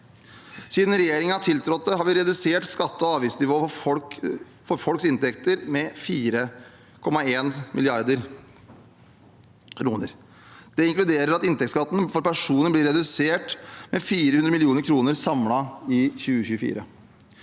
Siden regjeringen tiltrådte, har vi redusert skatte- og avgiftsnivået på folks inntekter med 4,1 mrd. kr. Det inkluderer at inntektsskatten for personer blir redusert med 400 mill. kr samlet i 2024.